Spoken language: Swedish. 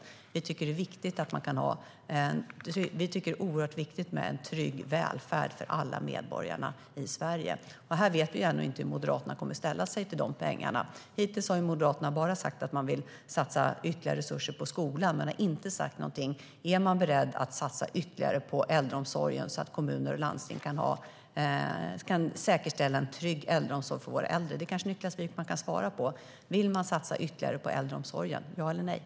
Det är oerhört viktigt med en trygg välfärd för alla medborgare i Sverige.